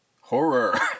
Horror